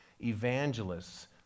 evangelists